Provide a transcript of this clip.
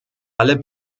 alle